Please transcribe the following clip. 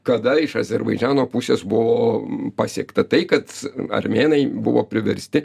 kada iš azerbaidžano pusės buvo pasiekta tai kad armėnai buvo priversti